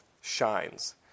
shines